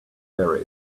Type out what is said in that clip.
there